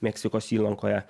meksikos įlankoje